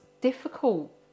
difficult